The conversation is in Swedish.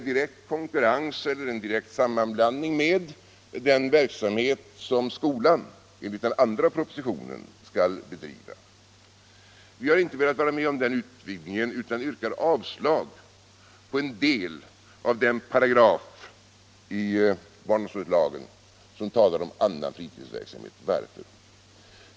Det är en direkt sammanblandning med den verksamhet som skolan enligt den andra propositionen skall bedriva. Vi har inte velat vara med om denna utvidgning utan yrkar avslag på en del av den paragraf i barnomsorgslagen som talar om ”därtill knuten fritidsverksamhet””. Varför?